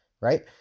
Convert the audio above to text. right